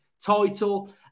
title